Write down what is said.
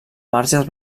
marges